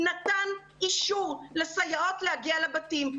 נתן אישור לסייעות להגיע לבתים.